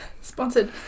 sponsored